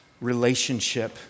relationship